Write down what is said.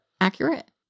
accurate